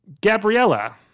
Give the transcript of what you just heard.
Gabriella